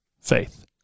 faith